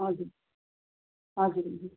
हजुर हजुर हजुर